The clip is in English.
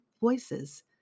voices